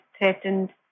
threatened